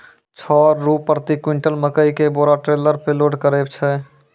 छह रु प्रति क्विंटल मकई के बोरा टेलर पे लोड करे छैय?